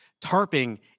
tarping